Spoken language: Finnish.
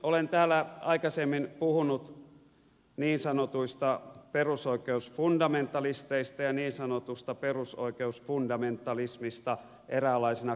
olen täällä aikaisemmin puhunut niin sanotuista perusoikeusfundamentalisteista ja niin sanotusta perusoikeusfundamentalismista eräänlaisena koulukuntana